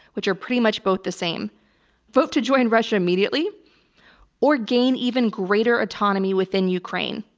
which are pretty much both the same vote to join russia immediately or gain even greater autonomy within ukraine.